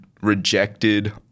rejected